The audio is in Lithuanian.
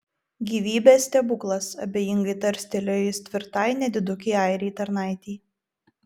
gyvybės stebuklas abejingai tarstelėjo jis tvirtai nedidukei airei tarnaitei